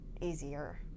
easier